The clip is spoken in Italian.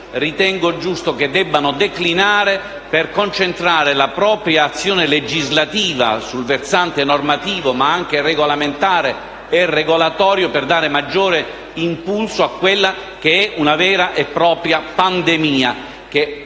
ritengo giusto le istituzioni debbano declinare per concentrare la propria azione legislativa sul versante normativo, ma anche regolamentare e regolatorio, al fine di dare maggiore impulso a quella che è una vera e propria pandemia,